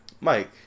Mike